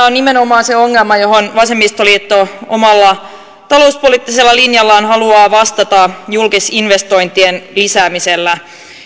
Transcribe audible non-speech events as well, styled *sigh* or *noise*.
*unintelligible* on nimenomaan se ongelma johon vasemmistoliitto omalla talouspoliittisella linjallaan haluaa vastata julkisinvestointien lisäämisellä